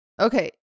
okay